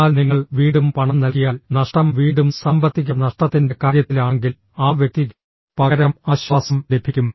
എന്നാൽ നിങ്ങൾ വീണ്ടും പണം നൽകിയാൽ നഷ്ടം വീണ്ടും സാമ്പത്തിക നഷ്ടത്തിന്റെ കാര്യത്തിലാണെങ്കിൽ ആ വ്യക്തി പകരം ആശ്വാസം ലഭിക്കും